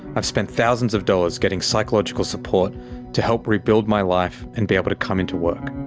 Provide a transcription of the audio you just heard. i've spent thousands of dollars getting psychological support to help rebuild my life and be able to come into work.